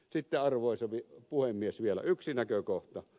sitten arvoisa puhemies vielä yksi näkökohta